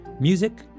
Music